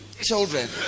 children